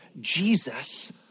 Jesus